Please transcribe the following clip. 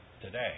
today